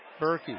Berkey